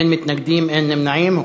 אין מתנגדים, אין נמנעים.